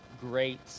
great